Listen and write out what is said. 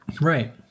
Right